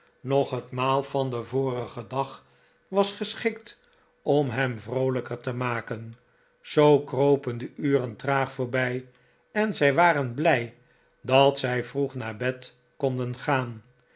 noch het maal van den vorigen dag was geschikt om hem vroolijker te maken zoo kropen de uren traag voorbij en zij waren talij dat zij vroeg naar bed konden gaan